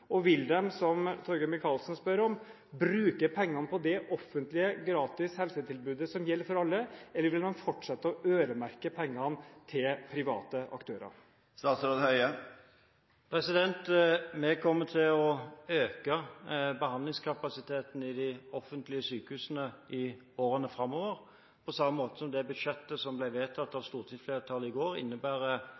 Og vil de, som Torgeir Micaelsen spurte om, bruke pengene på det offentlige gratis helsetilbudet som gjelder for alle, eller vil de fortsette å øremerke pengene til private aktører? Vi kommer til å øke behandlingskapasiteten i de offentlige sykehusene i årene framover – på samme måte som det budsjettet som ble vedtatt av stortingsflertallet i går, innebærer